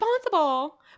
responsible